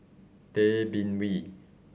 Tay Bin Wee